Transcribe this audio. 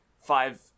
five